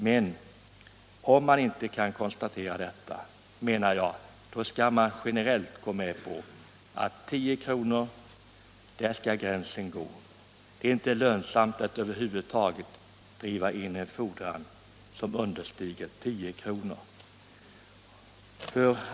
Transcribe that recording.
Men om man inte kan konstatera detta anser jag att man generellt bör gå med på att vid 10 kr. skall gränsen gå. Det är inte lönsamt att driva in en fordring som understiger 10 kr.